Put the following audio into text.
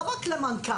לא רק למנכ"ל.